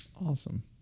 Awesome